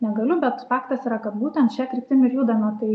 negaliu bet faktas yra kad būtent šia kryptim ir judame tai